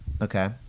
Okay